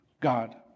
God